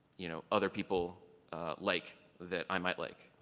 you know other people like that i might like.